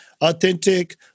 authentic